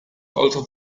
also